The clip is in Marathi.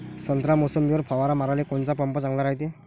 संत्रा, मोसंबीवर फवारा माराले कोनचा पंप चांगला रायते?